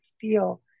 feel